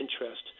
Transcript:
interest